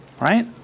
right